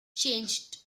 changed